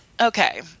Okay